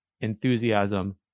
enthusiasm